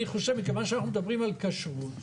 תכווני אותי.